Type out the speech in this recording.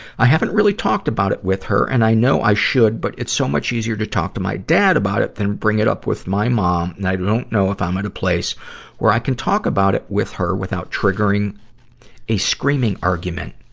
i haven't really talked about it with her, and i know i should, but it's so much easier to talk to my dad about it than bring it up with my mom. and i don't if i'm at a place where i can talk about with her without triggering a screaming argument.